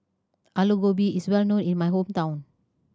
Aloo Gobi is well known in my hometown